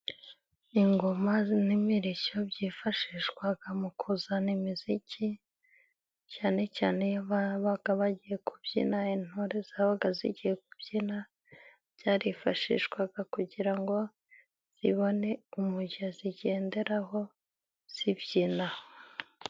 Ingoma n'imirishyo byifashishwaga mu kuzana imiziki cyane cyane iyo babaga bagiye kubyina. Intore zabaga zigiye kubyina byarifashishwaga kugira ngo zibone umujyo zigenderaho zibyina.